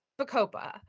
Bacopa